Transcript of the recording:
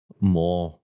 more